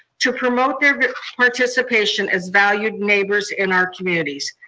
to promote their participation as valued neighbors in our communities.